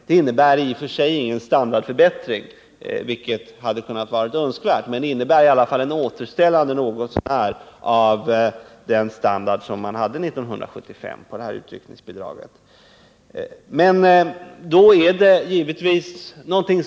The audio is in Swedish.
Den innebär i och för sig ingen standardförbättring — vilket hade varit önskvärt — men i alla fall ett återställande något så när av den standard som utryckningsbidraget hade 1978.